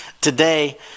Today